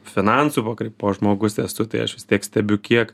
finansų pakraipos žmogus esu tai aš vis tiek stebiu kiek